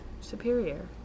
superior